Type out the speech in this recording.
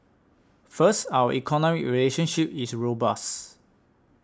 first our economic relationship is robust